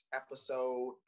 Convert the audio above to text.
episode